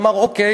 אכן,